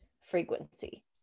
frequency